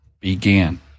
began